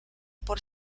por